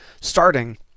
starting